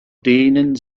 denen